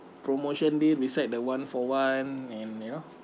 promotion deal beside the one for one and you know